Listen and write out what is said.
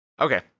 Okay